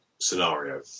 scenario